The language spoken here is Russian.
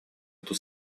эту